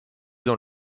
dans